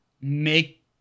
make